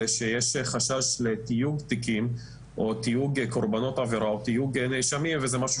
שיש חשש לתיוג תיקים או תיוג קורבנות עבירה או תיוג נאשמים וזה משהו